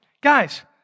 Guys